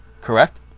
Correct